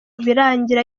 birangira